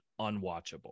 unwatchable